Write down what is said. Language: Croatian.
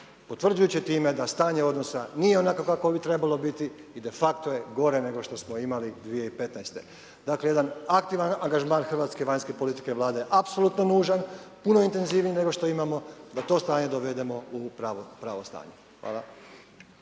Potvrđujući time da stanje odnosa nije onako kako bi trebalo biti i de facto je gore nego što smo imali 2015. Dakle, jedan aktivan angažman hrvatske vanjske politike Vlade je apsolutno nužan, puno intenzivniji nego što imamo, da to stanje dovedemo u pravo stanje. Hvala.